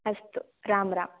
अस्तु राम् राम्